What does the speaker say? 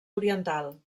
oriental